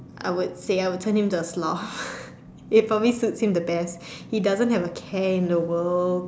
I would say I would turn him to a sloth it probably suits him the best he doesn't have a care in the world